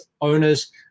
owners